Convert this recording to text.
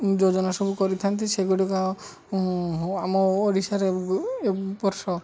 ଯୋଜନା ସବୁ କରିଥାନ୍ତି ସେଗୁଡ଼ିକ ଆମ ଓଡ଼ିଶାରେ ବର୍ଷ